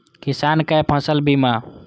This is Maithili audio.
किसान कै फसल बीमा?